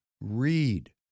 Read